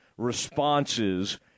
responses